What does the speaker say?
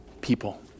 people